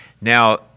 Now